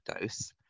dose